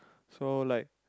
so like